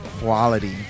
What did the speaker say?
quality